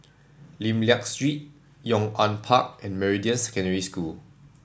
Lim Liak Street Yong An Park and Meridian Secondary School